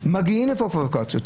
פרובוקציות.